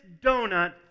donut